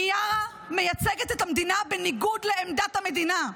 מיארה מייצגת את המדינה בניגוד לעמדת המדינה.